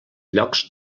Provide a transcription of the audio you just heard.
llocs